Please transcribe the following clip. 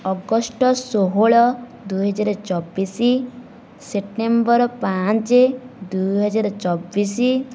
August ଷୋହଳ ଦୁଇ ହଜାର ଚବିଶ ସେପ୍ଟେମ୍ବର ପାଞ୍ଚ ଦୁଇ ହଜାର ଚବିଶ